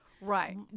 Right